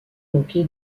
manqué